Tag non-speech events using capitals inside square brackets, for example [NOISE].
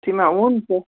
تٔمۍ ہہ اوٚن [UNINTELLIGIBLE]